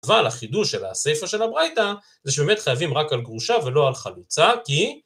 אבל החידוש של הספר של הברייתא זה שבאמת חייבים רק על גרושה ולא על חלוצה, כי...